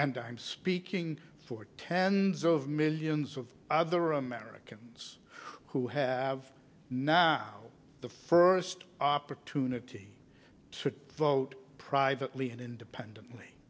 and i'm speaking for tens of millions of other americans who have now the first opportunity to vote privately and independently